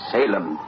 Salem